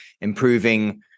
improving